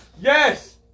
Yes